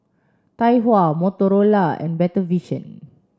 Tai Hua Motorola and Better Vision